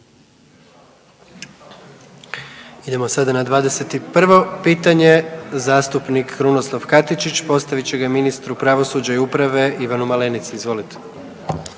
Idemo sada na 21. pitanje, zastupnik Krunoslav Katičić postavit će ga ministru pravosuđa i uprave Ivanu Malenici, izvolite.